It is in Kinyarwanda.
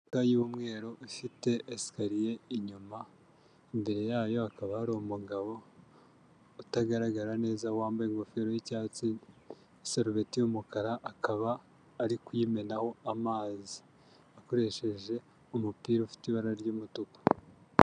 Imbuga y'umweru ifite esikariye inyuma, imbere yayo hakaba hari umugabo utagaragara neza, wambaye ingofero y'icyatsi, isarubeti y'umukara, akaba ari kuyimenaho amazi, akoresheje umupira ufite ibara ry'umutuku.